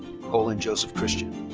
colin joseph christian.